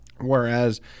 Whereas